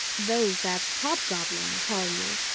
those that hobgoblin call you,